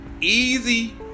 easy